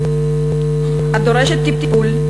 הדורשת טיפול,